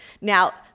Now